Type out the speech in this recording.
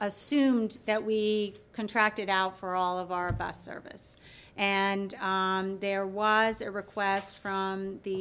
assumed that we contracted out for all of our bus service and there was a request from the